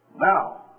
Now